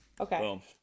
Okay